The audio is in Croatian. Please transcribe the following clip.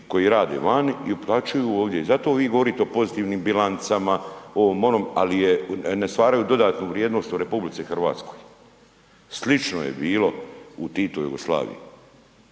koji rade vani i uplaćuju ovdje i zato vi govorite o pozitivnim bilancama, ovom, onom, ali ne stvaraju dodatnu vrijednost u RH. Slično je bilo u Titovoj Jugoslaviji,